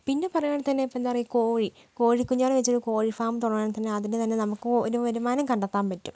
പിന്നെ പറയുകയാണെങ്കിൽ തന്നെ ഇപ്പോൾ എന്താ പറയാ കോഴി കോഴിക്കുഞ്ഞുങ്ങളെ വെച്ച് കോഴി ഫാം തുടങ്ങുന്നേൽ തന്നെ അതിന്റേതായ നമുക്ക് ഒരു വരുമാനം കണ്ടെത്താൻ പറ്റും